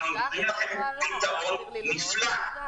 אנחנו נותנים לכם פתרון נפלא.